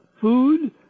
food